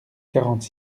quarante